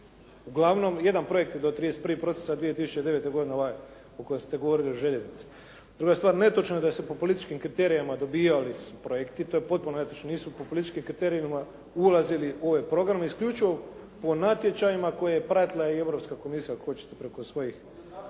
Uglavnom jedan projekt je do 31. prosinca 2009. godine ovaj o kojima ste govorili o željeznici. Druga stvar. Netočno je da se po političkim kriterijima dobijali su projekti. To je potpuno netočno. Nisu po političkim kriterijima ulazili u ove programe. Isključivo po natječajima koje je pratila i Europska komisija ako hoćete preko svojih.